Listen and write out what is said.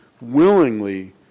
willingly